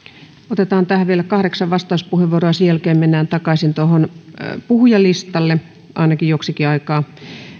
otetaan tähän vielä kahdeksan vastauspuheenvuoroa ja sen jälkeen mennään takaisin puhujalistalle ainakin joksikin aikaa